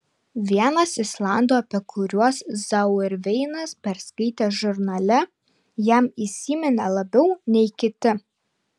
vienas islandų apie kuriuos zauerveinas perskaitė žurnale jam įsiminė labiau nei kiti